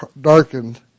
darkened